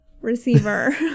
receiver